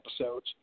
episodes